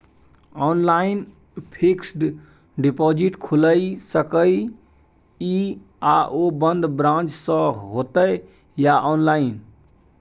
Online fixed deposit खुईल सके इ आ ओ बन्द ब्रांच स होतै या ऑनलाइन?